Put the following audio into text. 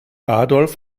adolf